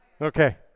okay